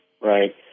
right